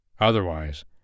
Otherwise